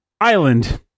Island